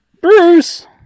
Bruce